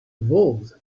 evolved